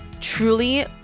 truly